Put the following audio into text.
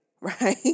right